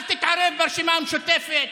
אל תתערב ברשימה המשותפת.